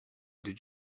did